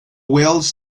wales